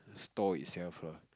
store itself lah